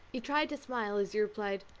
he tried to smile as he replied,